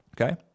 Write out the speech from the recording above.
okay